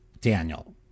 Daniel